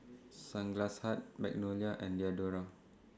Sunglass Hut Magnolia and Diadora